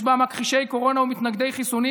יש בה מכחישי קורונה ומתנגדי חיסונים